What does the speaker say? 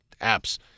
apps